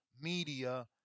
media